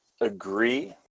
agree